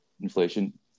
inflation